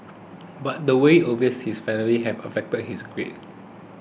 but the way over his family have affected his grades